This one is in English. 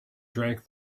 drank